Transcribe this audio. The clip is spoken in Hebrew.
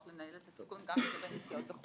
לנהל את הסיכון גם כשהוא בנסיעות בחו"ל.